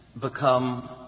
become